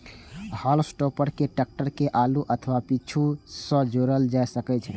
हाल्म topper कें tractor के आगू अथवा पीछू सं जोड़ल जा सकै छै